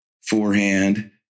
Forehand